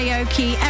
Aoki